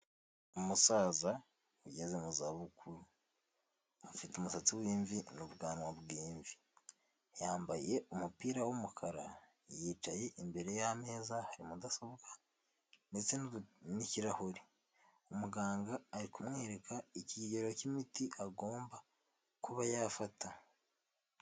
Umusaza ugeze mu za bukuru afite umusatsi w'imvi n'ubwanwa bw'imvi, yambaye umupira w'umukara yicaye imbere y'ameza, hari mudasobwa ndetse n'ikirahure, umuganga ari kumwereka ikigero cy'imiti agomba kuba yafata.